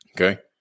Okay